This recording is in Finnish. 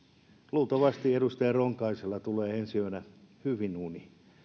luultavasti edustaja ronkaisella tulee ensi yönä hyvin uni